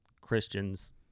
Christians